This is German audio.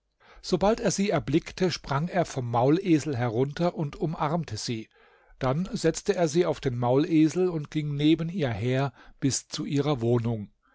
sobald er sie erblickte sprang er vom maulesel herunter und umarmte sie dann setzte er sie auf den maulesel und ging neben ihr her bis zu ihrer wohnung